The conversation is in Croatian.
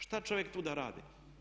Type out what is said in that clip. Šta čovjek tu da radi?